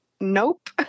nope